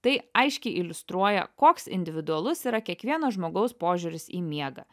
tai aiškiai iliustruoja koks individualus yra kiekvieno žmogaus požiūris į miegą